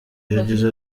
yagize